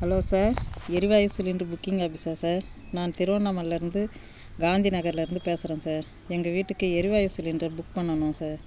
hello sir எரிவாயு cylinder booking ஆஃபீஸா sir நான் திருவண்ணாமலையிலேருந்து காந்தி நகர்லேருந்து பேசுகிறேன் சார் எங்கள் வீட்டுக்கு எரிவாயு சிலிண்டர் புக் பண்ணணும் சார்